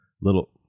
little